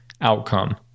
outcome